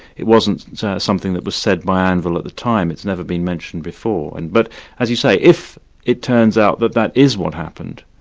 it wasn't something that was said by anvil at the time, it's never been mentioned before. and but as you say, if it turns out that that is what happened,